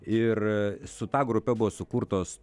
ir su ta grupe buvo sukurtos